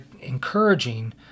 encouraging